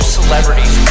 celebrities